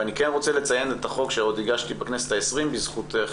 אני רוצה לציין את החוק שהגשתי עוד בכנסת ה-20 בזכותך,